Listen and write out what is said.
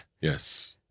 Yes